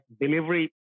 delivery